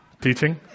teaching